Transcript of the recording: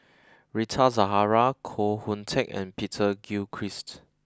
Rita Zahara Koh Hoon Teck and Peter Gilchrist